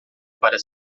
para